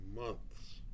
months